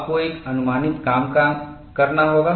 आपको एक अनुमानित काम करना होगा